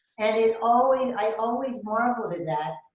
and it always, i always marveled at that.